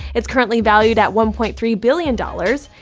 it's currently valued at one point three billion dollars.